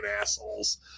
assholes